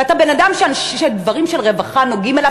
ואתה בן-אדם שדברים של רווחה נוגעים בו,